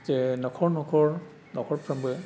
जे नख'र नख'र नख'रफ्रोमबो